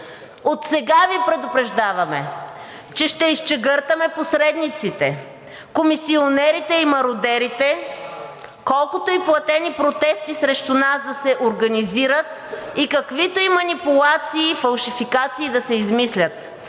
Отсега Ви предупреждаваме, че ще изчегъртаме посредниците, комисионерите и мародерите, колкото и платени протести срещу нас да се организират и каквито и манипулации и фалшификации да се измислят.